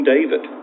David